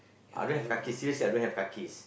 I don't have kakis seriously I don't have kakis